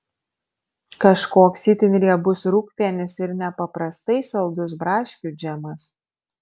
kažkoks itin riebus rūgpienis ir nepaprastai saldus braškių džemas